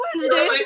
Wednesday